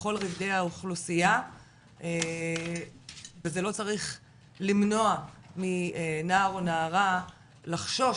בכל רבדי האוכלוסייה וזה לא צריך למנוע מנער או נערה לחשוש